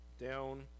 Down